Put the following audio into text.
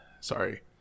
sorry